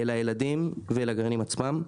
לילדים ולגרעינים עצמם.